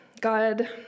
God